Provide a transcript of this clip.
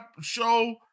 show